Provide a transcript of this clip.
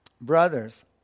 brothers